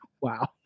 Wow